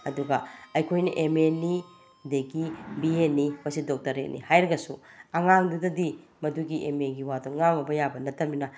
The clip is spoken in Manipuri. ꯑꯗꯨꯒ ꯑꯩꯈꯣꯏꯅ ꯑꯦꯃꯦꯅꯤ ꯑꯗꯒꯤ ꯕꯤꯌꯦꯅꯤ ꯑꯩꯈꯣꯏꯁꯨ ꯗꯣꯛꯇꯔꯦꯠꯅꯤ ꯍꯥꯏꯔꯒꯁꯨ ꯑꯉꯥꯡꯗꯨꯗꯗꯤ ꯃꯗꯨꯒꯤ ꯑꯦꯃꯦꯒꯤ ꯋꯥꯗꯨ ꯉꯥꯡꯉꯨꯕ ꯌꯥꯕ ꯅꯠꯇꯃꯤꯅ